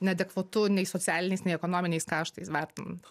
neadekvatu nei socialiniais nei ekonominiais kaštais vertinant